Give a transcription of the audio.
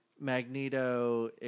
Magneto